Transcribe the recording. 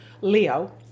Leo